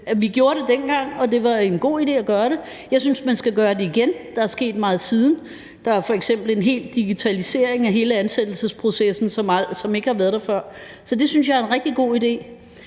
vi gjorde det dengang, og at det var en god idé at gøre det. Jeg synes, man skal gøre det igen. Der er sket meget siden. Der er f.eks. sket en digitalisering af hele ansættelsesprocessen, som ikke var der før. Så det synes jeg er en rigtig god idé.